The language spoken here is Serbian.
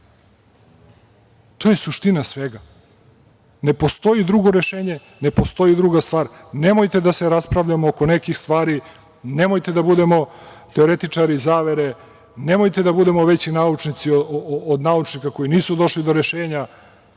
To je suština svega. Ne postoji drugo rešenje, ne postoji druga stvar. Nemojte da se raspravljamo oko nekih stvari, nemojte da budemo teoretičari zavere, nemojte da budemo veći naučnici od naučnika koji nisu došli do rešenja.